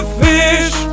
fish